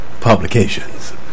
publications